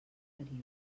període